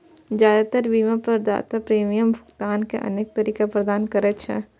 जादेतर बीमा प्रदाता प्रीमियम भुगतान के अनेक तरीका प्रदान करै छै